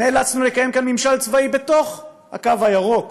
נאלצנו לקיים כאן ממשל צבאי בתוך הקו הירוק,